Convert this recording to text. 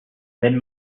wenn